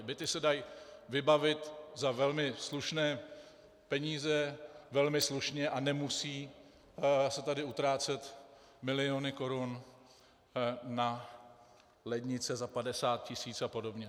Byty se dají vybavit za velmi slušné peníze velmi slušně a nemusí se tady utrácet miliony korun na lednice za 50 tis. apod.